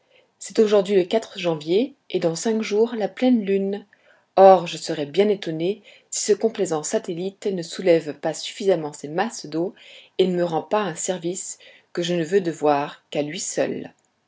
c'est aujourd'hui le janvier et dans cinq jours la pleine lune or je serai bien étonné si ce complaisant satellite ne soulève pas suffisamment ces masses d'eau et ne me rend pas un service que je ne veux devoir qu'à lui seul